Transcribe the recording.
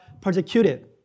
persecuted